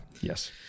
yes